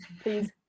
please